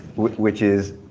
which is,